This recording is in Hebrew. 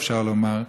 אפשר לומר,